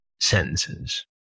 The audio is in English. sentences